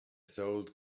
sold